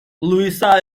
luisa